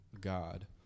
God